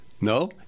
No